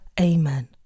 Amen